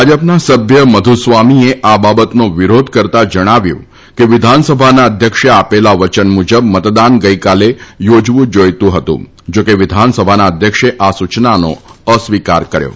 ભાજી ના સભ્ય મધુસ્વામીએ આ બાબતનો વિરોધ કરતા જણાવ્યું હતુ કે વિધાનસભાના અધ્યક્ષણાી ભા વચન મુજબ મતદાન ગઇકાલાયોજવું જાઇતુ હતું જા કે વિધાનસભાના અધ્યક્ષાઆ સૂચનનો અસ્વીકાર કર્યો હતો